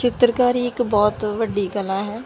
ਚਿੱਤਰਕਾਰੀ ਇੱਕ ਬਹੁਤ ਵੱਡੀ ਕਲਾ ਹੈ